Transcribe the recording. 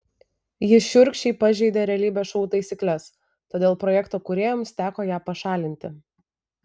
ji šiurkščiai pažeidė realybės šou taisykles todėl projekto kūrėjams teko ją pašalinti